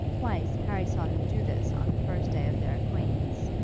twice harry saw him do this on the first day of their acquaintance,